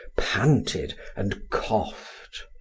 panted, and coughed.